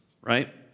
right